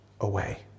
away